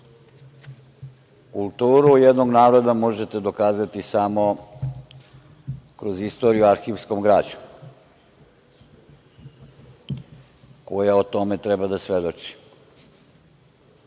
Kulturu jednog naroda možete dokazati samo kroz istoriju arhivskom građom, koja o tome treba da svedoči. Ovih